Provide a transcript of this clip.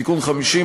ה.